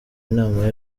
inama